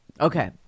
Okay